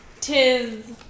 Tis